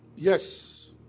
Yes